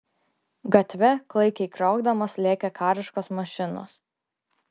gatve klaikiai kriokdamos lėkė kariškos mašinos